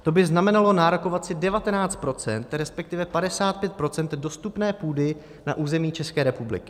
To by znamenalo nárokovat si 19 %, respektive 55 % dostupné půdy na území České republiky.